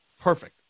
perfect